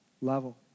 level